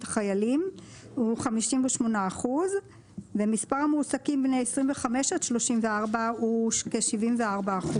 הוא 58%. ומספר המועסקים בני 25 עד 34 הוא כ-74%.